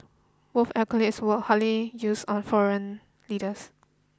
both accolades were hardly used on foreign leaders